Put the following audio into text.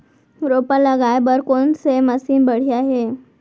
रोपा लगाए बर कोन से मशीन बढ़िया हे?